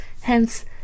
Hence